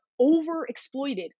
overexploited